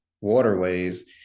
waterways